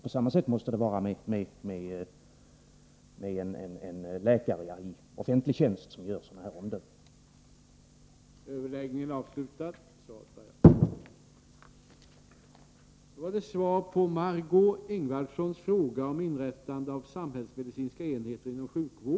På samma sätt måste det vara med en läkare i offentlig tjänst när det gäller att fälla sådana här omdömen.